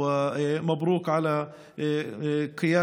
מזל טוב על הבחירה